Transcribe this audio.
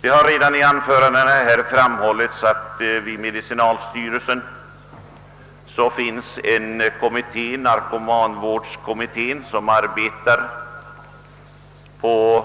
Det har i tidigare anförande här erinrats om att det vid medicinalstyrelsen finns en kommitté, narkomanvårdskommittén, som arbetar på